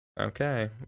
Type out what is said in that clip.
Okay